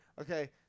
okay